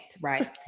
right